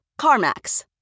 CarMax